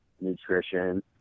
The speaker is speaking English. nutrition